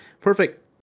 perfect